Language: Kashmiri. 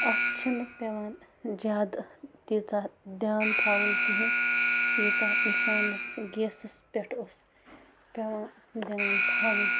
اَتھ چھِنہٕ پٮ۪وان زیادٕ تیٖژاہ دھیٛان تھاوُن کِہیٖنۍ یوٗتاہ اِنسانَسَن گیسَس پٮ۪ٹھ اوس پٮ۪وان دھیٛان تھاوُن